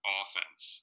offense